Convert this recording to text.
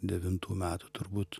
devintų metų turbūt